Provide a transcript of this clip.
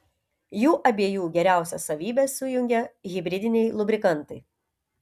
jų abiejų geriausias savybes sujungia hibridiniai lubrikantai